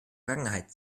vergangenheit